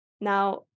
now